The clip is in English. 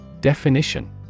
Definition